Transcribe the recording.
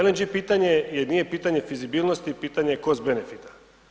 LNG pitanje nije pitanje fizibilnosti, pitanje je cost benefita.